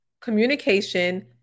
communication